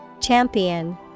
Champion